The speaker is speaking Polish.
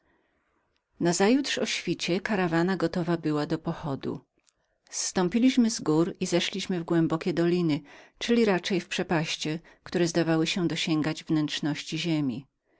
uczuwać nazajutrz o świcie karawana gotową była do pochodu zstąpiliśmy z gór i zeszliśmy na głębokie doliny czyli raczej w przepaście które zdawały się dosięgać wnętrzności ziemi